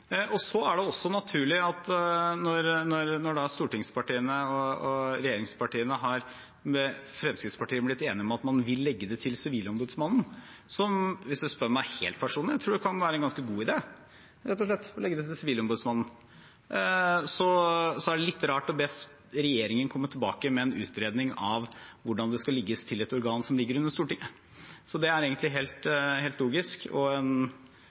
er også naturlig at når stortingspartiene og regjeringspartiene har blitt enig med Fremskrittspartiet om at man vil legge det til Sivilombudsmannen – som, hvis en spør meg helt personlig, jeg tror kan være en ganske god idé, rett og slett – så er det litt rart å be regjeringen komme tilbake med en utredning av hvordan det skal legges til et organ som ligger under Stortinget. Så det er egentlig helt logisk. Jeg skjønner at representanten spør, men det er et ganske oppkonstruert spørsmål. Takk for svaret. Jeg er vel ikke helt